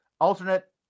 alternate